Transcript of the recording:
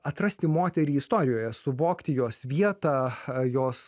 atrasti moterį istorijoje suvokti jos vietą jos